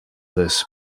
this